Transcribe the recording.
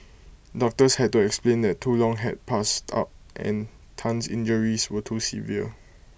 doctors had to explain that too long had passed up and Tan's injuries were too severe